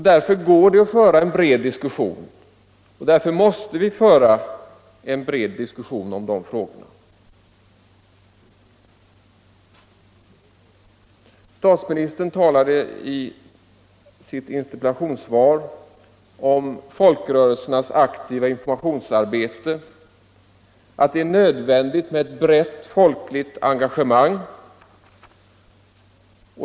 Därför går det att föra en bred diskussion, och därför måste vi föra en sådan. Statsministern talade om folkrörelsernas aktiva informationsarbete och att det är nödvändigt med ett brett folkligt engagemang.